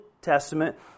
Testament